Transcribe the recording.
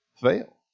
fail